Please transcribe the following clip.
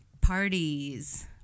Parties